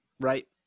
Right